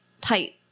tight